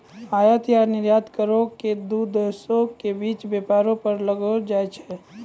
आयात या निर्यात करो के दू देशो के बीच व्यापारो पर लगैलो जाय छै